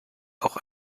auch